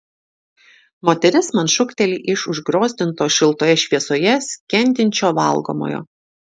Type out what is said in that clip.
moteris man šūkteli iš užgriozdinto šiltoje šviesoje skendinčio valgomojo